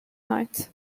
night